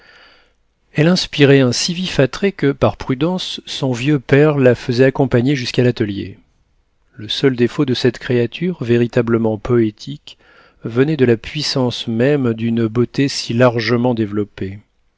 elle inspirait un si vif attrait que par prudence son vieux père la faisait accompagner jusqu'à l'atelier le seul défaut de cette créature véritablement poétique venait de la puissance même d'une beauté si largement développée